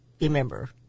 remember